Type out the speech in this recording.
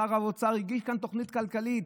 שר האוצר הגיש כאן תוכנית כלכלית,